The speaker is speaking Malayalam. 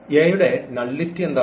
A യുടെ നള്ളിറ്റി എന്താണ്